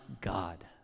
God